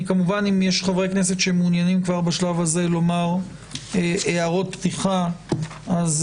אם יש חברי כנסת שמעוניינים כבר בשלב הזה לומר הערות פתיחה אני